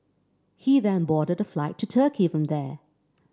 he then boarded a flight to Turkey from there